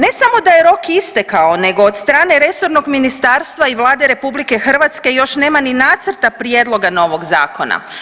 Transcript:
Ne samo da je rok istekao nego od strane resornog ministarstva i Vlade RH još nema ni nacrta prijedloga novoga zakona.